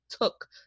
took